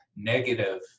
negative